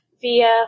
via